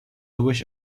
wish